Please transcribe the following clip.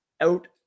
out